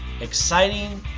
exciting